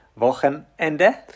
Wochenende